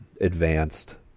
advanced